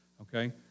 okay